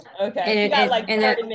okay